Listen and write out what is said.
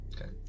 Okay